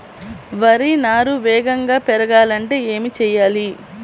వరి నారు వేగంగా పెరగాలంటే ఏమి చెయ్యాలి?